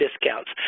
discounts